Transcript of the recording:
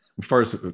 First